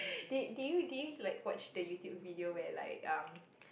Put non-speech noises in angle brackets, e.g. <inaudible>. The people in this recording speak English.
<breath> did did you did you like watch the YouTube video where like um